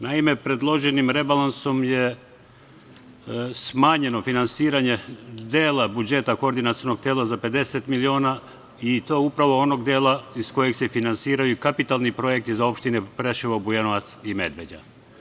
Naime, predloženim rebalansom je smanjeno finansiranje dela budžeta koordinacionog tela za 50 miliona i to upravo onog dela iz kojeg se finansiraju i kapitalni projekti za opštine Preševo, Bujanovac i Medveđa.